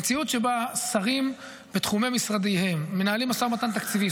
המציאות שבה שרים בתחומי משרדיהם מנהלים משא ומתן תקציבי,